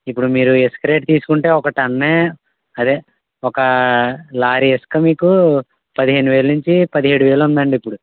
ఇప్పుడు మీరు ఇసుక రేటు తీసుకుంటే ఒక టన్నే అదే ఒకా లారీ ఇసుక మీకు పదిహేను వేల నించి పదిహేడు వేలు ఉందండి ఇప్పుడు